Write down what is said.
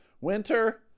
Winter